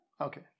Okay